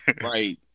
Right